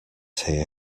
here